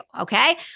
okay